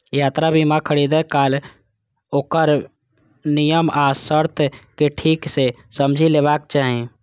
यात्रा बीमा खरीदै काल ओकर नियम आ शर्त कें ठीक सं समझि लेबाक चाही